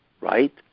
right